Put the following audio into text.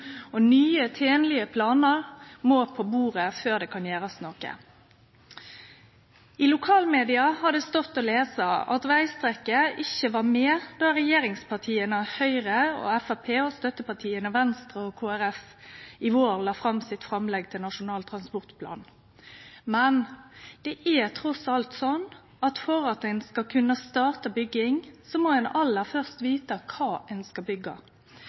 planar. Nye, tenlege planar må på bordet før det kan gjerast noko. I lokalmedia har det stått å lese at vegstrekket ikkje var med då regjeringspartia Høgre og Framstegspartiet og støttepartia Venstre og Kristeleg Folkeparti i vår la fram sitt framlegg til Nasjonal transportplan, men det er trass alt slik at for at ein skal kunne starte bygging, må ein aller først vite kva ein skal